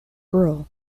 rural